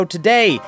Today